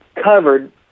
covered